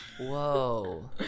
whoa